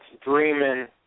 dreaming